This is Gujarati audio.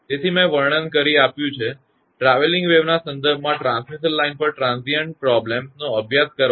તેથી મેં વર્ણન કરી આપ્યું છે હવે ટ્રાવેલીંગ વેવ ના સંદર્ભમાં ટ્રાન્સમિશન લાઇન પર ટ્રાંઝિઇન્ટ સમસ્યાઓ નો અભ્યાસ કરવા માટે